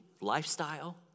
lifestyle